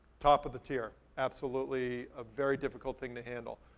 top of the tier. absolutely a very difficult thing to handle.